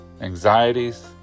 anxieties